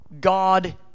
God